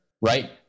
right